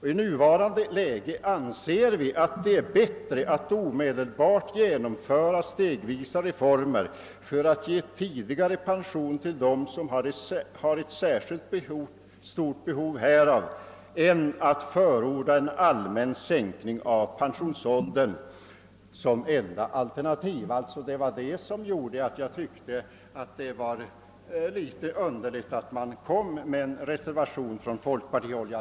I nuvarande läge anser vi att det är bättre att omedelbart genomföra stegvisa reformer för att ge tidigare pension till dem som har ett särskilt stort behov härav än att förorda en allmän sänkning av pensionsåldern som enda alternativ. Av den anledningen tyckte jag att det var litet underligt att man avlämnade en reservation från folkpartihåll.